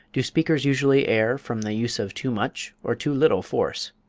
do speakers usually err from the use of too much or too little force?